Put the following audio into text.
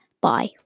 Bye